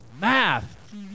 math